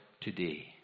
today